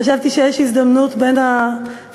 חשבתי שיש הזדמנות בין החרדים,